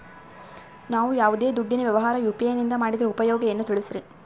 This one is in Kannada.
ನಾವು ಯಾವ್ದೇ ದುಡ್ಡಿನ ವ್ಯವಹಾರ ಯು.ಪಿ.ಐ ನಿಂದ ಮಾಡಿದ್ರೆ ಉಪಯೋಗ ಏನು ತಿಳಿಸ್ರಿ?